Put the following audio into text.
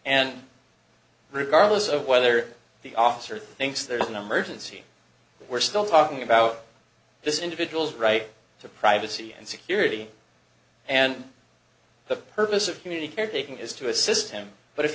and regardless of whether the officer thinks there is an emergency we're still talking about this individual's right to privacy and security and the purpose of communicating is to assist him but if